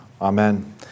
amen